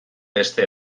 beste